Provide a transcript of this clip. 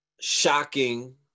shocking